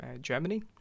Germany